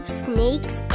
snakes